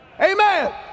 amen